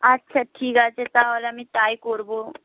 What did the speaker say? আচ্ছা ঠিক আছে তাহলে আমি তাই করব